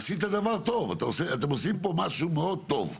עשית דבר טוב, אתם עושים פה משהו מאוד טוב.